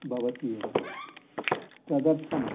भवति एव तदर्थम्